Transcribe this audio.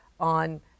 on